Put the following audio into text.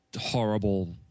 horrible